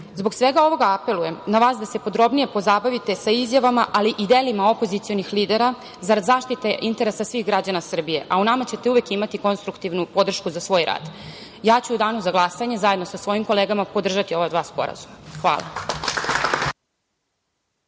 svega ovoga apelujem na vas da se podrobnije pozabavite izjavama, ali i delima opozicionih lidera zarad zaštite interesa svih građana Srbije, a u nama ćete uvek imati konstruktivnu podršku za svoj rad.U danu za glasanje ću, zajedno sa svojim kolegama, podržati ova dva sporazuma. Hvala.